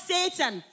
Satan